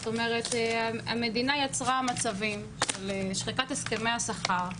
זאת אומרת המדינה יצרה מצבים של שחיקת הסכמי השכר,